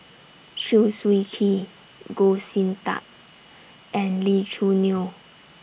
Chew Swee Kee Goh Sin Tub and Lee Choo Neo